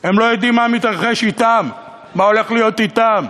הם לא יודעים מה מתרחש אתם, מה הולך להיות אתם.